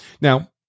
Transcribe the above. Now